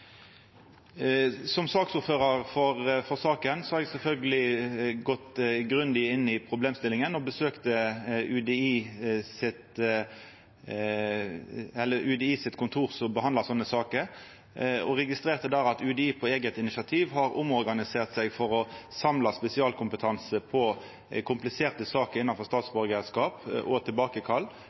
har eg sjølvsagt gått grundig inn i problemstillinga og besøkt UDIs kontor som behandlar slike saker. Eg registrerte der at UDI på eige initiativ har omorganisert seg for å samle spesialkompetanse på kompliserte saker innanfor statsborgarskap og